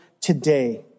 today